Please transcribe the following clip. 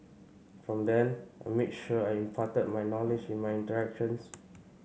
from then I made sure I imparted my knowledge in my interactions